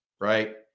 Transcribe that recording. right